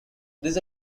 this